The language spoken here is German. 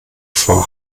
vor